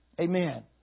Amen